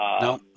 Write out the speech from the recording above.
No